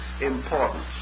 importance